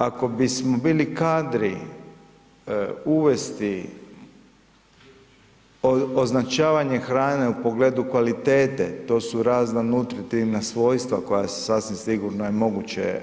Ako bismo bili kadri uvesti označavanje hrane u pogledu kvalitete, to su razna nutritivna svojstva koja se sasvim sigurno je moguće